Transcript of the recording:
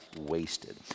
wasted